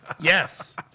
Yes